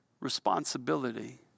responsibility